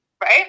right